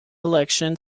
election